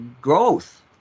growth